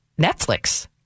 Netflix